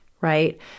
right